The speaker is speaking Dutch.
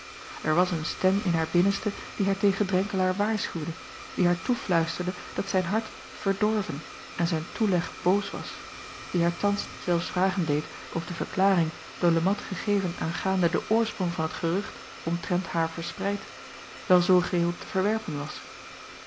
r was een stem in haar binnenste die haar tegen renkelaer waarschuwde die haar toefluisterde dat zijn hart verdorven en zijn toeleg boos was die haar thans zelfs vragen deed of de verklaring door e at gegeven aangaande den oor acob van ennep laasje evenster delen sprong van het gerucht omtrent haar verspreid wel zoo geheel te verwerpen was